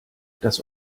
das